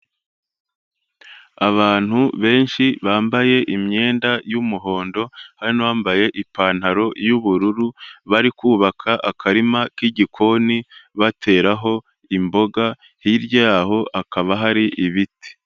Abantu benshi bambaye imyenda y'umuhondo hari n'uwambaye ipantaro y'ubururu bari kubaka akarima k'igikoni bateraho imboga hirya yaho hakaba hari ibiti.